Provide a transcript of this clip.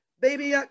baby